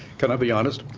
can i be honest?